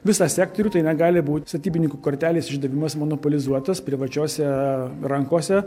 visą sektorių tai negali būti statybininkų kortelės išdavimas monopolizuotas privačiose rankose